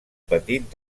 petit